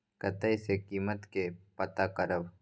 कतय सॅ कीमत के पता करब?